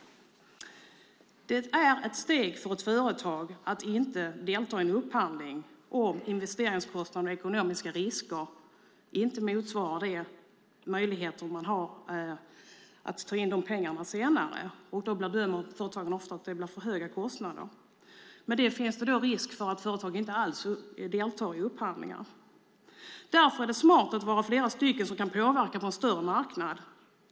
Det är ett viktigt steg för ett företag att inte delta i en upphandling om investeringskostnader och ekonomiska risker inte motsvarar de möjligheter man har att ta in dessa pengar senare. Företagen bedömer ofta att det blir för höga kostnader. Då finns det risk för att företag inte alls deltar i upphandlingar. Därför är det smart att vara flera stycken som kan påverka på en större marknad.